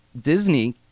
Disney